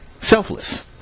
Selfless